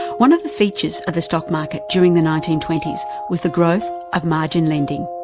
one of the features of the stock market during the nineteen twenty s was the growth of margin lending.